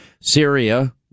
Syria